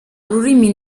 ururimi